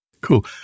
Cool